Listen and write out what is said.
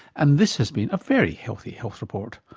and this has been a very healthy health report.